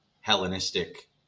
Hellenistic